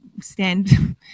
stand